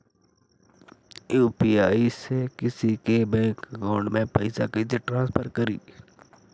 UPI से किसी के बैंक अकाउंट में पैसा कैसे ट्रांसफर करी?